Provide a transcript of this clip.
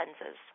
lenses